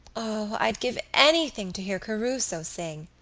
o, i'd give anything to hear caruso sing,